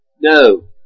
No